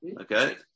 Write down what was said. okay